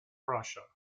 prussia